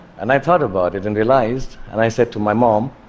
and i thought about it and realized, and i said to my mom,